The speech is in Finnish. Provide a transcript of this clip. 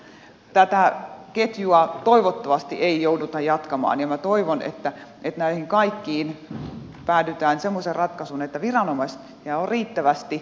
tätä ketjua toivottavasti ei jouduta jatkamaan ja minä toivon että näissä kaikissa päädytään semmoiseen ratkaisuun että viranomaisia on riittävästi